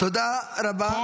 כי מצפון תיפתח הטובה.